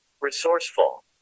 Resourceful